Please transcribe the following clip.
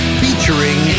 featuring